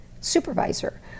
supervisor